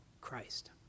Christ